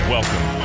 Welcome